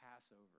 Passover